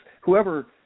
whoever